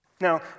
Now